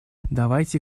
давайте